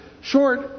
short